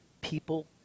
people